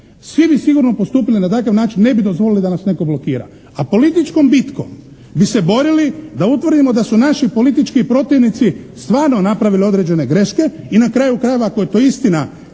Svi bi sigurno postupili na takav način, ne bi dozvolili da nas netko blokira. A političkom bitkom bi se borili da utvrdimo da su naši politički protivnici stvarno napravili određene greške, i na kraju krajeva, ako je to istina,